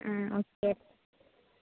ആ ഒക്കെ